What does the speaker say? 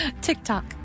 TikTok